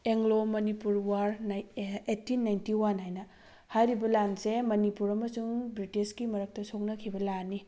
Anglo Manipur war eighteen ninety one ꯍꯥꯏꯅ ꯍꯥꯏꯔꯤꯕ ꯂꯥꯟꯁꯦ ꯃꯅꯤꯄꯨꯔ ꯑꯃꯁꯨꯡ ꯕ꯭ꯔꯤꯇꯤꯁꯀꯤ ꯃꯔꯛꯇ ꯁꯣꯛꯅꯈꯤꯕ ꯂꯥꯟꯅꯤ